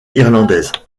irlandaises